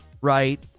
right